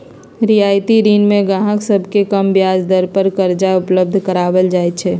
रियायती ऋण में गाहक सभके कम ब्याज दर पर करजा उपलब्ध कराएल जाइ छै